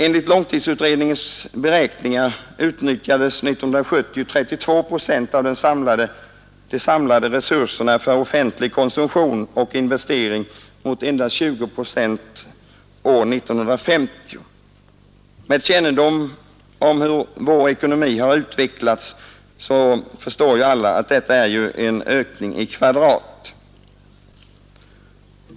Enligt långtidsutredningens beräkningar utnyttjades 1970 32 procent av de samlade resurserna för offentlig konsumtion och investering mot endast 20 procent år 1950. Med kännedom om hur vår ekonomi har utvecklats förstår alla att detta är en ökning i kvadrat som inte kan fortsätta.